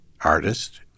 artist